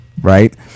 right